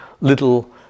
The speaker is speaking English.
little